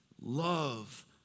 love